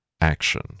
action